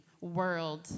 world